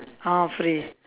all free